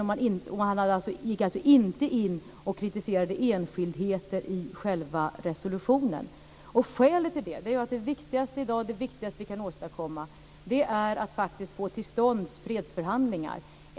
Man gick alltså inte in och kritiserade enskildheter i själva resolutionen. Skälet till detta är att det viktigaste som vi kan åstadkomma i dag är att få till stånd fredsförhandlingar.